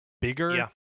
bigger